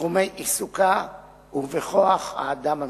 בתחומי עיסוקה ובכוח-האדם הממשלתי,